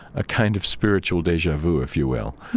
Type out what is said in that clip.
a kind of spiritual deja vu, if you will.